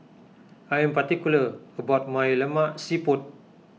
I am particular about my Lemak Siput